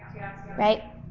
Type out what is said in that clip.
right